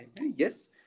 Yes